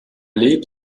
lebt